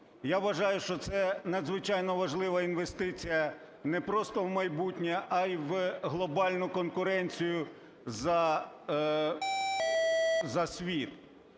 Я вважаю, що це надзвичайно важлива інвестиція не просто у майбутнє, а й у глобальну конкуренцію за світ.